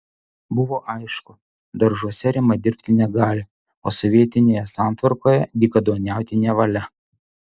buvo aišku daržuose rima dirbti negali o sovietinėje santvarkoje dykaduoniauti nevalia